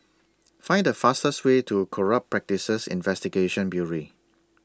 Find The fastest Way to Corrupt Practices Investigation Bureau